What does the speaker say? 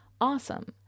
Awesome